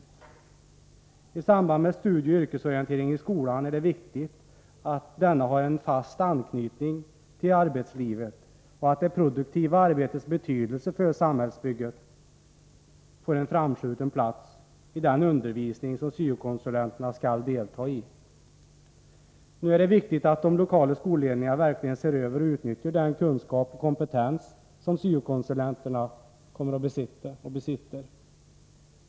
Det är viktigt att studieoch yrkesorienteringen i skolan har en fast anknytning till arbetslivet och att det produktiva arbetets betydelse för samhällsbygget får en framskjuten plats i den undervisning som syo-konsulenterna skall delta i. Nu gäller det att de lokala skolledningarna verkligen ser över och utnyttjar den kunskap och kompetens som syo-konsulenterna besitter.